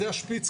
זה השפיץ.